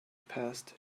passed